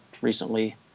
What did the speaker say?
recently